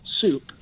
soup